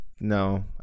No